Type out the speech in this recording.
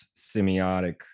semiotic